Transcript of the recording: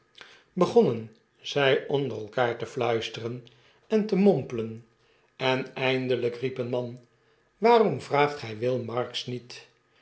zij opder elkander te fluisteren en te mompelen eneindelijk riep een man waarom vraagtgij will marks niet